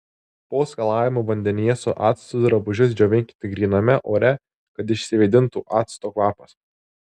po skalavimo vandenyje su actu drabužius džiovinkite gryname ore kad išsivėdintų acto kvapas